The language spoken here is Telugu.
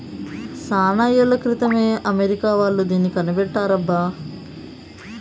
చానా ఏళ్ల క్రితమే అమెరికా వాళ్ళు దీన్ని కనిపెట్టారబ్బా